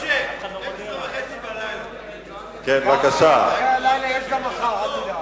משה, השעה 00:30. אחרי הלילה יש גם מחר, אל תדאג.